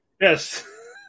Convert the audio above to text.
yes